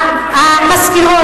המזכירות,